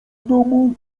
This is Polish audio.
domu